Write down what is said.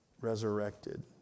resurrected